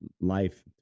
life